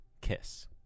kiss